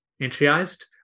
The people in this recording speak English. entryized